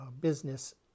business